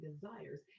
desires